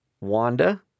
Wanda